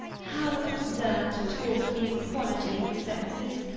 how absurd to talk of the equality of the sexes!